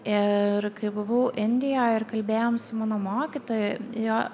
ir kai buvau indijoj ir kalbėjom su mano mokytoju jo